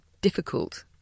difficult